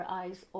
eyes